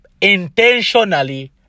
intentionally